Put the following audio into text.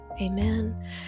Amen